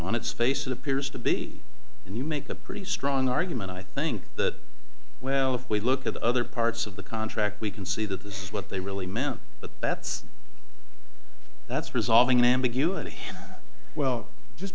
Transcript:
on its face it appears to be and you make a pretty strong argument i think that well if we look at the other parts of the contract we can see that this is what they really meant but that's that's resolving an ambiguity well just